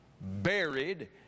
buried